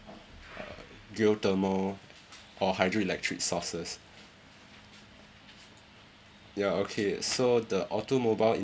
uh geothermal or hydroelectric sources ya okay so the automobile